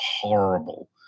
horrible